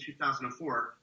2004